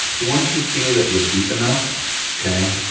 once you feel that you're deep enough okay,